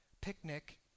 picnic